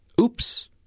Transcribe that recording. Oops